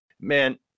man